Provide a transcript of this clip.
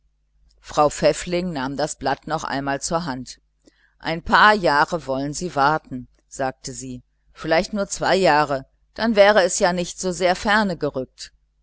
frau pfäffling nahm das telegramm noch einmal zur hand ein paar jahre wollen sie warten sagte sie vielleicht nur zwei jahre dann wäre es ja nicht so sehr ferne gerückt